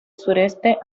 sureste